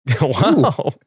Wow